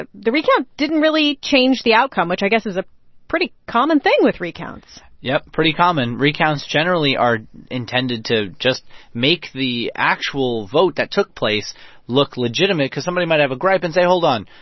ah the recount didn't really change the outcome, which i guess is a pretty common thing with recounts yup, pretty common. recounts, generally, are intended to just make the actual vote that took place look legitimate because somebody might have a gripe and say, hold on,